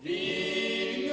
the